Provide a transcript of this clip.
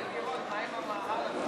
לרוב.